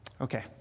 Okay